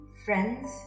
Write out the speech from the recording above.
friends